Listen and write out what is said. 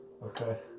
Okay